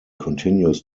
continues